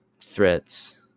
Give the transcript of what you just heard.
threats